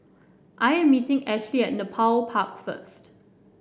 I am meeting Ashely at Nepal Park first